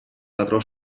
patró